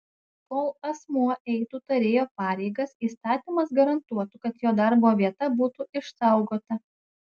kol asmuo eitų tarėjo pareigas įstatymas garantuotų kad jo darbo vieta būtų išsaugota